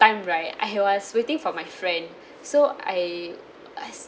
time right I was waiting for my friend so I I